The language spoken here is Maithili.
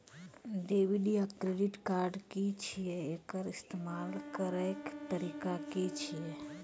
डेबिट या क्रेडिट कार्ड की छियै? एकर इस्तेमाल करैक तरीका की छियै?